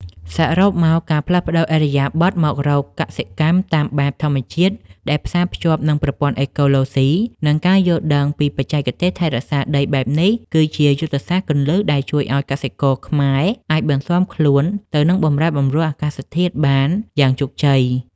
សរុបមក ការផ្លាស់ប្តូរឥរិយាបថមករកកសិកម្មតាមបែបធម្មជាតិដែលផ្សារភ្ជាប់នឹងប្រព័ន្ធអេកូឡូស៊ី និងការយល់ដឹងពីបច្ចេកទេសថែរក្សាដីបែបនេះ គឺជាយុទ្ធសាស្ត្រគន្លឹះដែលជួយឱ្យកសិករខ្មែរអាចបន្ស៊ាំខ្លួនទៅនឹងបម្រែបម្រួលអាកាសធាតុបានយ៉ាងជោគជ័យ។